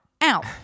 out